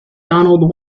donald